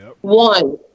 one